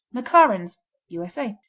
mclaren's u s a.